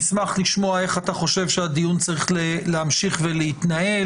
נשמח לשמוע איך אתה חושב שהדיון צריך להמשיך ולהתנהל.